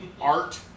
art